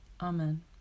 Amen